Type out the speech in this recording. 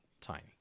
tiny